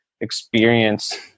experience